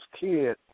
kid